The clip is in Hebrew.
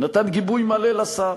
ונתן גיבוי מלא לשר,